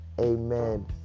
amen